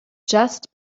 just